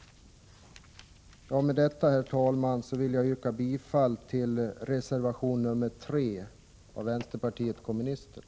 Med detta, herr talman, vill jag yrka bifall till reservation nr 3 av vänsterpartiet kommunisterna.